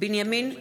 (קוראת בשמות חברי הכנסת) בנימין נתניהו,